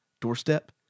doorstep